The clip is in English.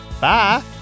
Bye